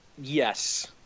yes